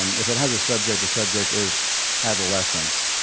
um if it has a subject, the subject is adolescence.